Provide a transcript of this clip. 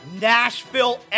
Nashville